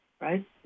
Right